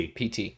PT